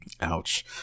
Ouch